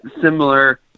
similar